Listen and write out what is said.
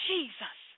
Jesus